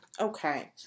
Okay